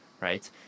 Right